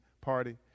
party